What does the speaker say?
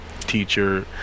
teacher